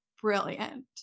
brilliant